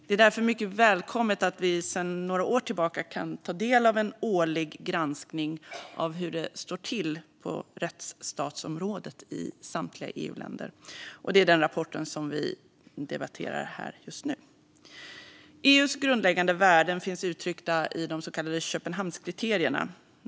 Det är därför mycket välkommet att vi sedan några år tillbaka kan ta del av en årlig granskning av hur det står till på rättsstatsområdet i samtliga EU-länder, och det är den rapporten som vi debatterar här just nu. EU:s grundläggande värden finns uttryckta i de så kallade Köpenhamnskriterierna.